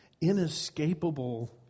inescapable